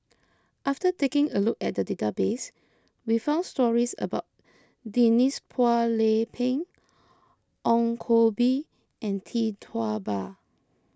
after taking a look at the database we found stories about Denise Phua Lay Peng Ong Koh Bee and Tee Tua Ba